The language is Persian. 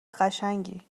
قشنگی